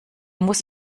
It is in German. muss